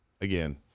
again